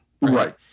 right